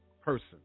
person